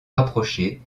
rapprocher